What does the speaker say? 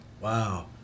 Wow